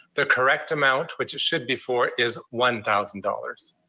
the correct amount, which it should be for, is one thousand dollars.